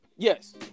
Yes